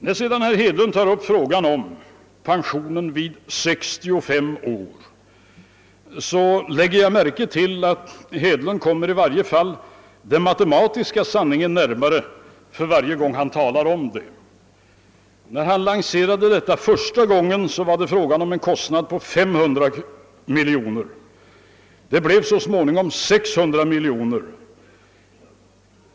När sedan herr Hedlund tar upp frågan om pension vid 65 år lägger jag märke till att herr Hedlund i varje fall kommer den matematiska sanningen närmare varje gång han talar härom. När han första gången lanserade förslaget var det fråga om en kostnad på 500 miljoner kronor; det blev så småningom 600 miljoner kronor.